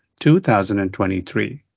2023